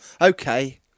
Okay